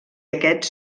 aquests